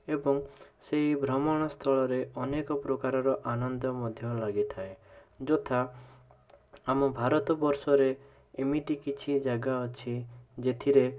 ଏବଂ ସେଇ ଭ୍ରମଣସ୍ଥଳରେ ଅନେକ ପ୍ରକାରର ଆନନ୍ଦ ମଧ୍ୟ ଲାଗିଥାଏ ଯଥା ଆମ ଭାରତବର୍ଷରେ ଏମିତି କିଛି ଜାଗା ଅଛି ଯେଥିରେ